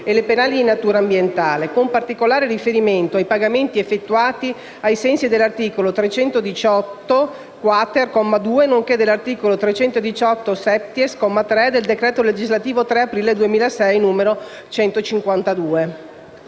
e le penali di natura ambientale, con particolare riferimento ai pagamenti effettuati ai sensi dell'articolo 318-*quater*, comma 2, nonché dell'articolo 318-*septies*, comma 3, del decreto legislativo 3 aprile 2006, n. 152.